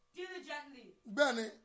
diligently